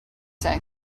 say